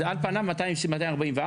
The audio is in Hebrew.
על פניו --- 244,